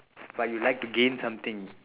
but you would like to gain something